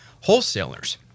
Wholesalers